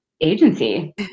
agency